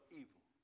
evil